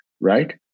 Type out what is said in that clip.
Right